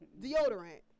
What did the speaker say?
Deodorant